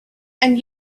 and